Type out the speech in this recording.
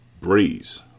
Breeze